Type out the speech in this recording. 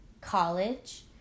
college